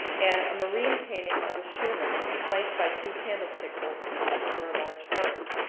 and a marine hanging of a schooner flanked by two candlestick holders over a large hearth.